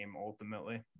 ultimately